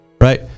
right